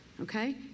okay